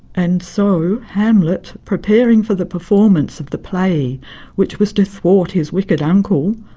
and so hamlet preparing for the performance of the play which was to thwart his wicked uncle,